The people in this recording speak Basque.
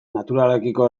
naturarekiko